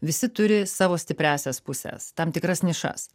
visi turi savo stipriąsias puses tam tikras nišas